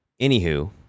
Anywho